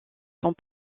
sont